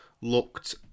looked